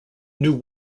new